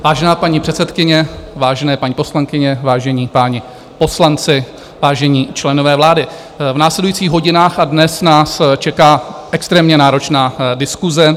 Vážená paní předsedkyně, vážené paní poslankyně, vážení páni poslanci, vážení členové vlády, v následujících hodinách a dnech nás čeká extrémně náročná diskuse.